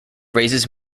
raises